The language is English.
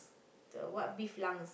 the what beef lungs